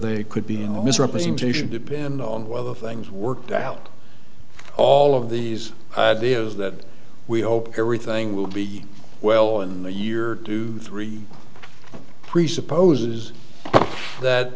they could be misrepresentation depending on whether things worked out all of these ideas that we hope everything will be well in the year two three presupposes that